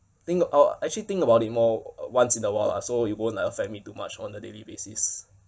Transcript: think out actually think about it more once in a while lah so it won't affect me too much on a daily basis